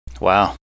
Wow